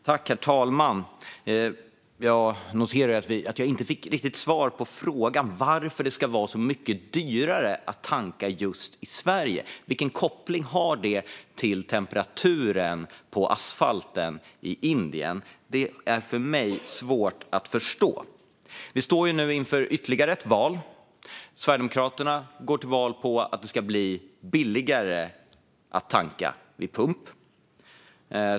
Herr talman! Jag noterar att jag inte riktigt fick svar på frågan om varför det ska vara så mycket dyrare att tanka just i Sverige. Vilken koppling har det till temperaturen på asfalten i Indien? Det är för mig svårt att förstå. Vi står nu inför ytterligare ett val. Vidare går Sverigedemokraterna till val på att det ska bli billigare att tanka vid pump.